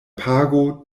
pago